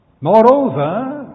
Moreover